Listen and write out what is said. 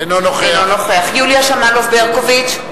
אינו נוכח יוליה שמאלוב-ברקוביץ,